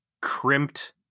crimped